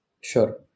sure